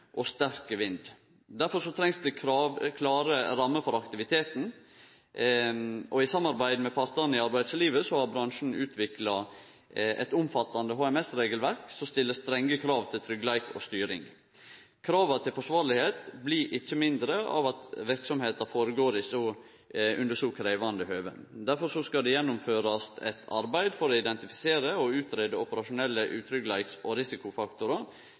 og sterk vind. Derfor trengst det klare rammer for aktiviteten, og i samarbeid med partane i arbeidslivet har bransjen utvikla eit omfattande HMS-regelverk som stiller strenge krav til tryggleik og styring. Krava til forsvarlegheit blir ikkje mindre av at verksemda føregår under så krevjande tilhøve. Derfor skal det gjennomførast eit arbeid for å identifisere og utgreie operasjonelle utryggleiks- og risikofaktorar